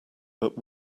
but